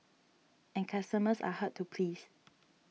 and customers are hard to please